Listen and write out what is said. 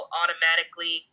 automatically